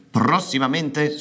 prossimamente